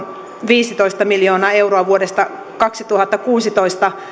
viisitoista miljoonaa euroa vuodesta kaksituhattakuusitoista